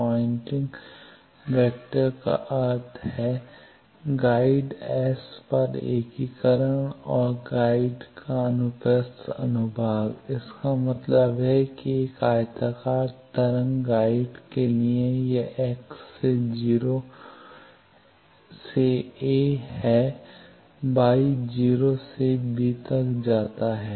Poynting vector का अर्थ है गाइड S पर एकीकरण और गाइड का अनुप्रस्थ अनुभाग इसका मतलब है कि एक आयताकार तरंग गाइड के लिए यह x से 0 a है y 0 से b तक जाता है